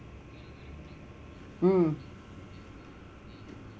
mm